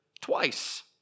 twice